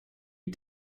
you